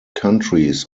countries